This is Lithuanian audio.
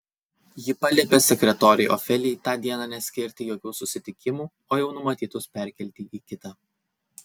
ji paliepė sekretorei ofelijai tą dieną neskirti jokių susitikimų o jau numatytus perkelti į kitą